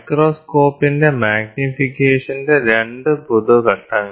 മൈക്രോസ്കോപ്പിന്റെ മാഗ്നിഫിക്കേഷന്റെ 2 പൊതു ഘട്ടങ്ങൾ